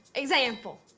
example.